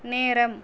நேரம்